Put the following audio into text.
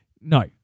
No